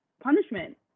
punishment